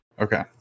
Okay